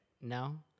no